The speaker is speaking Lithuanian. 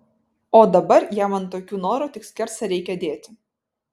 o dabar jam ant tokių norų tik skersą reikia dėti